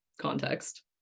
context